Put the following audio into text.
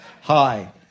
Hi